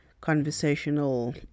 Conversational